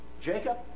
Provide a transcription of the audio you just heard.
Jacob